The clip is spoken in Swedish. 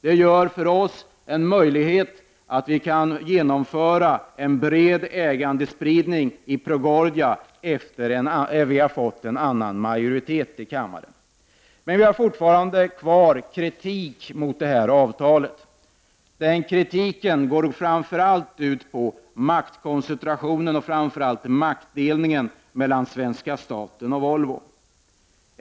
Det ger oss en möjlighet att genomföra en bred ägandespridning i Procordia efter det att vi har fått en annan majoritet i kammaren. Vi riktar dock fortfarande viss kritik mot det tecknade avtalet. Denna kritik riktar sig framför allt mot maktkoncentrationen och mot maktdelningen mellan svenska staten och Volvo.